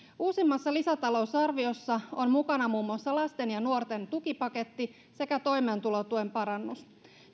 uusimmassa lisätalousarviossa on mukana muun muassa lasten ja nuorten tukipaketti sekä toimeentulotuen parannus